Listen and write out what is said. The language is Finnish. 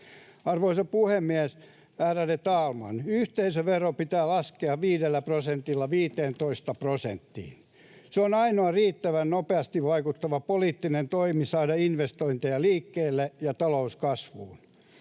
Arvoisa puhemies, ärade talman! Yhteisöveroa pitää laskea viidellä prosentilla 15 prosenttiin. Se on ainoa riittävän nopeasti vaikuttava poliittinen toimi saada investointeja liikkeelle ja talous kasvuun.